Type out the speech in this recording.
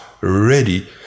ready